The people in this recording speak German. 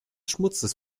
schmutzes